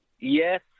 Yes